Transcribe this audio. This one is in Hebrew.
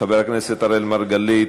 חבר הכנסת אראל מרגלית,